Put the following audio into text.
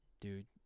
dude